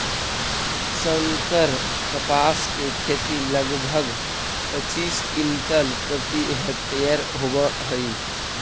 संकर कपास के खेती लगभग पच्चीस क्विंटल प्रति हेक्टेयर होवऽ हई